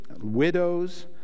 widows